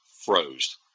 froze